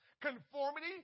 Conformity